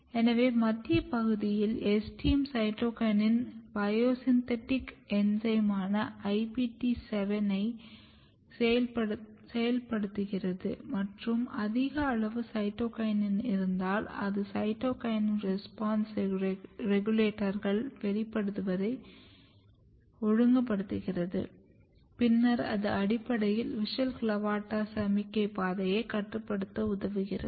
எனவே மத்திய பகுதியில் STM சைட்டோகினின் பயோசிந்தெடிக் என்சைமான IPT 7 ஐ செயல்படுத்துகிறது மற்றும் அதிக அளவு சைட்டோகினின் இருந்தால் அது சைட்டோகினின் ரெஸ்பான்ஸ் ரெகுலேட்டர்கள் வெளிப்படுவதை ஒழுங்குபடுத்துகிறது பின்னர் அது அடிப்படையில் WUSCHEL CLAVATA சமிக்ஞை பாதையை கட்டுப்படுத்த உதவுகிறது